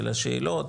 של השאלות,